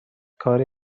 کاری